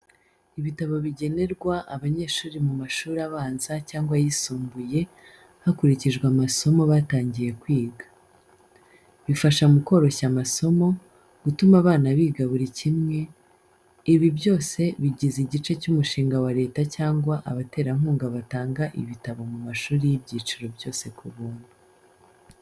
Ibitabo bigenerwa abanyeshuri mu mashuri abanza cyangwa ayisumbuye, hakurikijwe amasomo batangiye kwiga. Bifasha mu koroshya amasomo, gutuma abana biga buri kimwe, ibi byose bigize igice cy’umushinga wa leta cyangwa abaterankunga batanga ibitabo mu mashuri y'ibyiciro byose ku buntu.